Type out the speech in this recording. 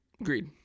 Agreed